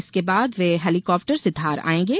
इसके बाद वे हेलीकॉप्टर से धार आएंगे